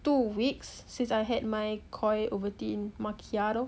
two weeks since I had my KOI ovaltine macchiato